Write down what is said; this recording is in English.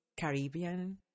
Caribbean